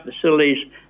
facilities